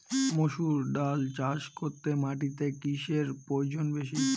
মুসুর ডাল চাষ করতে মাটিতে কিসে প্রয়োজন বেশী?